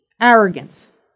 arrogance